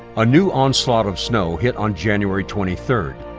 a new onslaught of snow hit on january twenty third.